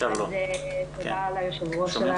תודה ליושב-ראש.